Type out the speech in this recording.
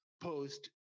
post